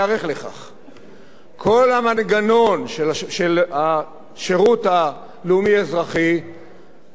כל המנגנון של השירות הלאומי-אזרחי צריך זמן כדי להיערך.